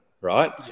right